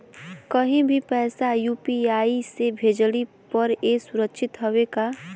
कहि भी पैसा यू.पी.आई से भेजली पर ए सुरक्षित हवे का?